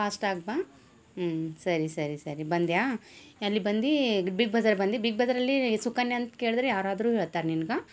ಫಾಸ್ಟಾಗಿಬಾ ಹ್ಞೂ ಸರಿ ಸರಿ ಸರಿ ಬಂದೆಯಾ ಅಲ್ಲಿ ಬಂದು ಬಿಗ್ ಬಜಾರ್ ಬಂದು ಬಿಗ್ ಬಜಾರಲ್ಲಿ ಸುಕನ್ಯಾ ಅಂತ ಕೇಳಿದ್ರೆ ಯಾರಾದರೂ ಹೇಳ್ತಾರೆ ನಿನ್ಗೆ